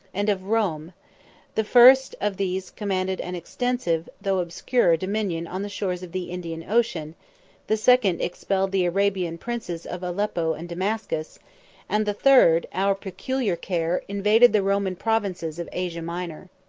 and of roum the first of these commanded an extensive, though obscure, dominion on the shores of the indian ocean the second expelled the arabian princes of aleppo and damascus and the third, our peculiar care, invaded the roman provinces of asia minor.